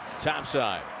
Topside